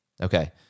Okay